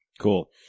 Cool